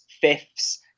fifths